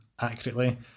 accurately